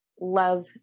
love